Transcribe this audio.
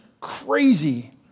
crazy